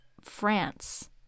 France